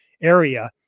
area